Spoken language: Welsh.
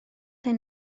hyn